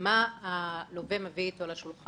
מה הלווה מביא איתו לשולחן.